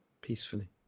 peacefully